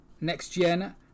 Next-gen